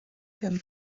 comme